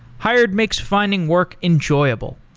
hired makes finding work enjoyable.